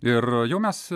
ir jau mes